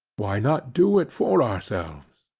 why not do it for ourselves?